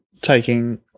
taking